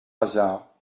hasard